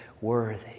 worthy